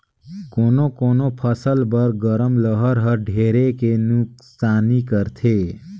कोनो कोनो फसल बर गरम लहर हर ढेरे के नुकसानी करथे